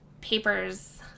papers